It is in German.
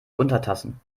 untertassen